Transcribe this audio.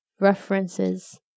references